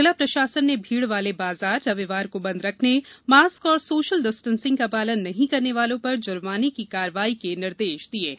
जिला प्रशासन ने भीड़ वाले बाजार रविवार को बंद रखने मॉस्क और सोशल डिस्टेंसिंग का पालन नहीं करने वालों पर जुर्मानें की कार्यवाही के निर्देश दिये हैं